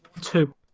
two